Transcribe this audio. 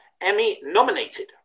Emmy-nominated